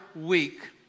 week